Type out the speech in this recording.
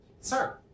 Sir